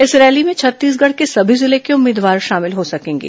इस रैली में छत्तीसगढ़ के सभी जिले के उम्मीदवार शामिल हो सकेंगे